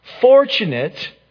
Fortunate